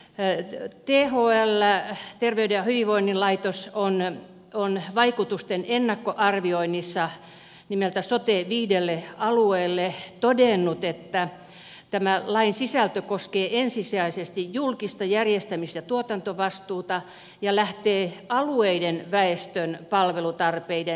thl terveyden ja hyvinvoinnin laitos on vaikutusten ennakkoarvioinnissa nimeltä sote viidelle alueelle todennut että lain sisältö koskee ensisijaisesti julkista järjestämis ja tuotantovastuuta ja lähtee alueiden väestön palvelutarpeiden näkökulmasta